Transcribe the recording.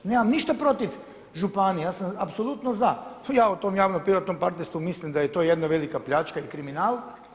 Nemam ništa protiv županija, ja sam apsolutno za, ja o tom javnom-privatnom partnerstvu mislim da je to jedna velika pljačka i kriminal.